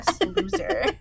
loser